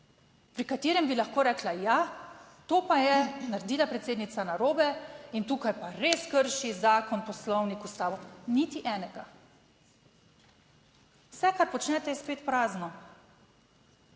pri katerem bi lahko rekla, ja, to pa je naredila predsednica narobe in tukaj pa res krši zakon, Poslovnik, Ustavo, niti enega. Vse kar počnete je spet prazno,